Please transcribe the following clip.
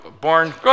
born